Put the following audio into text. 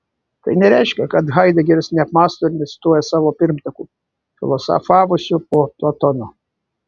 tai nereiškia kad haidegeris neapmąsto ir necituoja savo pirmtakų filosofavusių po platono